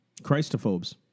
Christophobes